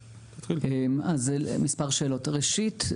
ראשית,